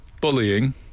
bullying